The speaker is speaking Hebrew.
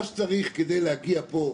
מה שצריך כדי להגיע כאן